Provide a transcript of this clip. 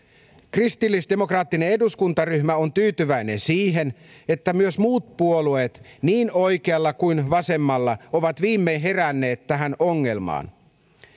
kristillisdemokraattinen eduskuntaryhmä on tyytyväinen siihen että myös muut puolueet niin oikealla kuin vasemmalla ovat viimein heränneet tähän ongelmaan